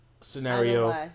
scenario